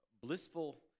blissful